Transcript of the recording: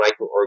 microorganism